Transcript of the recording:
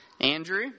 andrew